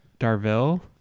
Darville